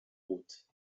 route